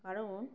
কারণ